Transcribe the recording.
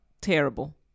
terrible